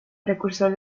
precursor